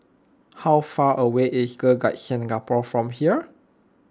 how far away is Girl Guides Singapore from here